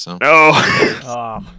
No